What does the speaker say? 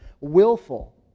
Willful